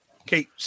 Okay